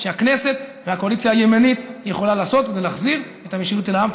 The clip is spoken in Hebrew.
שהכנסת והקואליציה הימנית יכולות לעשות כדי להחזיר את המשילות אל העם.